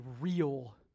real